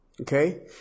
okay